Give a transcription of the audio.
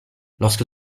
lorsque